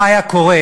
מה היה קורה